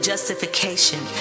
justification